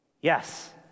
Yes